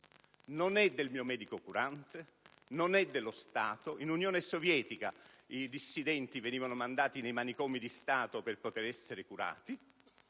non è del mio medico curante, non è dello Stato. In Unione Sovietica i dissidenti venivano mandati nei manicomi di Stato per essere curati;